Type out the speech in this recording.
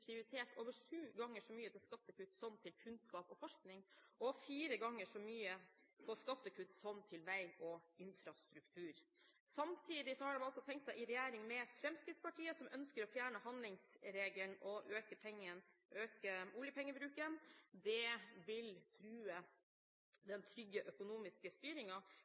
prioritert over sju ganger så mye til skattekutt som til kunnskap og forskning, og fire ganger så mye til skattekutt som til vei og infrastruktur. Samtidig har de altså tenkt seg i regjering med Fremskrittspartiet, som ønsker å fjerne handlingsregelen og øke oljepengebruken. Det vil true den trygge økonomiske